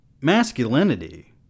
masculinity